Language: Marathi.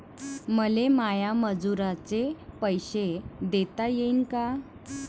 मले माया मजुराचे पैसे देता येईन का?